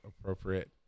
appropriate